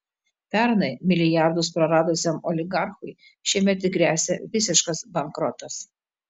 pernai milijardus praradusiam oligarchui šiemet gresia visiškas bankrotas